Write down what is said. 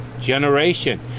generation